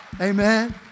Amen